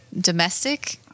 domestic